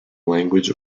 language